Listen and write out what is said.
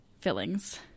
fillings